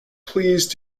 please